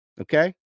Okay